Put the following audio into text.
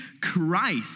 Christ